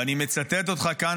ואני מצטט אותך כאן